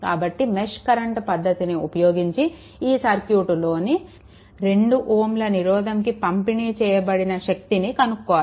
కాబట్టి mesh current పద్దతిని ఉపయోగించి ఈ సర్క్యూట్లోని 2 Ωల రెసిస్టర్కు పంపిణీ చేయబడిన శక్తిని కనుక్కోవాలి